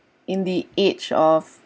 in the age of